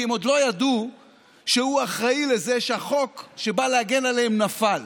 כי הם עוד לא ידעו שהוא אחראי לזה שהחוק שבא להגן עליהם נפל.